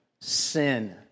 sin